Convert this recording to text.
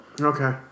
Okay